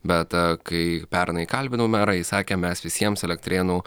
bet a kai pernai kalbinau merą jis sakė mes visiems elektrėnų